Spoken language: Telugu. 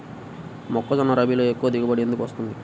మొక్కజొన్న రబీలో ఎక్కువ దిగుబడి ఎందుకు వస్తుంది?